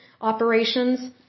operations